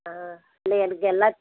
ஆ இல்லை எனக்கு எல்லா